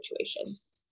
situations